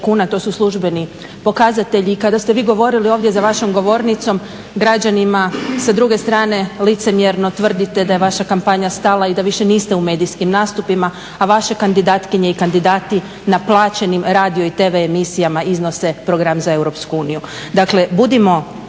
kuna, to su službeni pokazatelji. I kada ste vi govorili ovdje za vašom govornicom, građanima sa druge strane licemjerno tvrdite da je vaša kampanja stala i da više niste u medijskim nastupima, a vaše kandidatkinje i kandidati na plaćenim radio i TV emisijama iznose program za Europsku uniju.